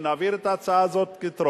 אני מוכן שנעביר את ההצעה הזאת כטרומית,